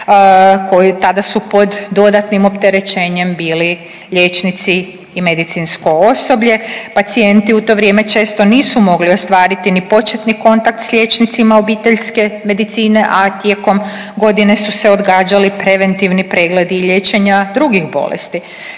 koji tada su pod dodatnim opterećenjem bili liječnici i medicinsko osoblje. Pacijenti u to vrijeme često nisu mogli ostvariti niti početni kontakt sa liječnicima obiteljske medicine, a tijekom godine su se odgađali preventivni pregledi i liječenja drugih bolesti.